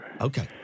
Okay